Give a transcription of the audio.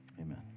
amen